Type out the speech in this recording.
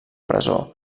presó